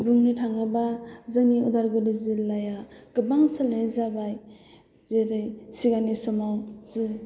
बुंनो थाङोबा जोंनि उदालगुरी जिल्लाया गोबां सोलायनाय जाबाय जेरै सिगांनि समाव जों